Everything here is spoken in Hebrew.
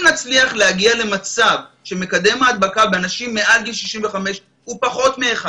נצליח להגיע למצב שמקדם ההדבקה באנשים מעל גיל 65 הוא פחות מ-1,